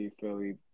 Philly